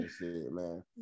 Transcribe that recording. man